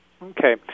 Okay